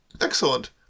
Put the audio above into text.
Excellent